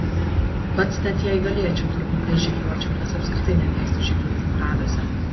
pats net jei galėčiau turbūt nežygiuočiau nes apskritai nemėgstu žygiuoti paraduose